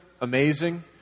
amazing